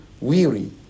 weary